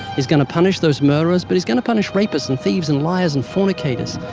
he's going to punish those murderers, but he's going to punish rapists and thieves and liars and fornicators.